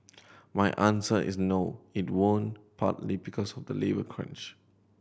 my answer is no it won't partly because of the labour crunch